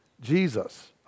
Jesus